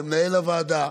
למנהל הוועדה,